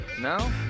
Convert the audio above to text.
No